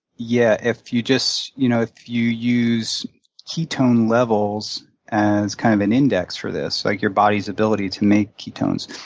yeah, if you just you know if you use ketone levels as kind of an index for this, like your body's ability to make ketones,